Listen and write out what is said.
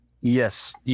yes